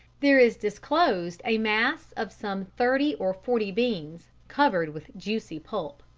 there is disclosed a mass of some thirty or forty beans, covered with juicy pulp.